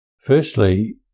Firstly